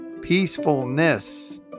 Peacefulness